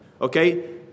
okay